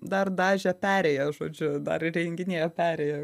dar dažė perėją žodžiu dar įrenginėjo perėją